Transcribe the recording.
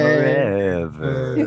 Forever